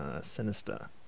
sinister